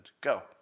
Go